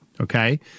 okay